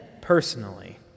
personally